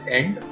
end